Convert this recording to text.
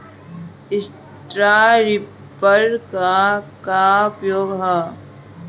Straw reaper क का उपयोग ह?